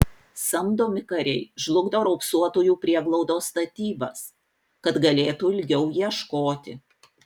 samdomi kariai žlugdo raupsuotųjų prieglaudos statybas kad galėtų ilgiau ieškoti